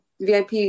VIP